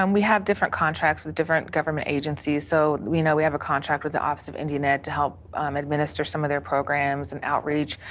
um we have different contracts with different government agencies. so, we know we have a contract with the office of indian ed to help um administer some of their programs and outreach.